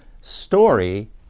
Story